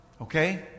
Okay